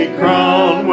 crown